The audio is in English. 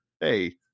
hey